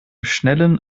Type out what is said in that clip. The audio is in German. schnellen